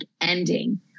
ending